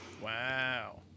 Wow